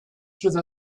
through